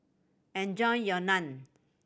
enjoy your Naan